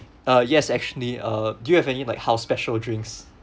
uh yes actually uh do you have any like house special drinks